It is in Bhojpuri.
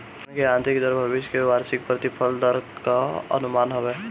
रिटर्न की आतंरिक दर भविष्य के वार्षिक प्रतिफल दर कअ अनुमान हवे